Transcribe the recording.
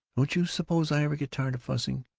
don't you suppose i ever get tired of fussing?